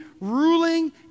ruling